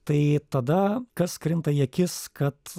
tai tada kas krinta į akis kad